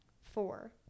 Four